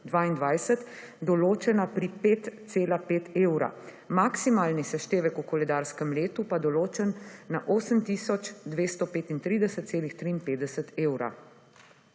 določena pri 5,5 evra, maksimalni seštevek v koledarskem letu pa določen na 8 tisoč 235,53 evra.